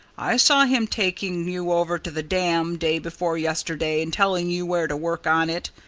i saw him taking you over to the dam day before yesterday and telling you where to work on it.